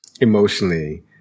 emotionally